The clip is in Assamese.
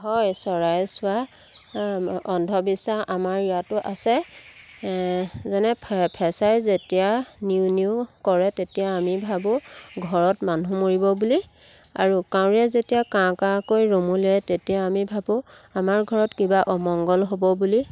হয় চৰাই চোৱা অন্ধবিশ্বাস আমাৰ ইয়াতো আছে যেনে ফেঁচাই যেতিয়া নিউ নিউ কৰে তেতিয়া আমি ভাবোঁ ঘৰত মানুহ মৰিব বুলি আৰু কাউৰীয়ে যেতিয়া কা কা কৈ ৰমলিয়াই তেতিয়া আমি ভাবোঁ আমাৰ ঘৰত কিবা অমংগল হ'ব বুলি